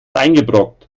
eingebrockt